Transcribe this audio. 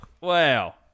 wow